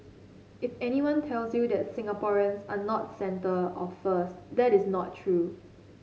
if anyone tells you that Singaporeans are not centre or first that is not true